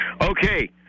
okay